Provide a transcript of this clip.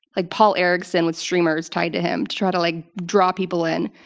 like, paul erickson with streamers tied to him to try to like draw people in.